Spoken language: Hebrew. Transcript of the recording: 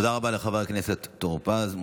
תודה רבה לחבר הכנסת משה טור פז.